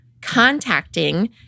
contacting